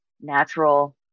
natural